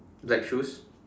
black shoes